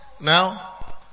now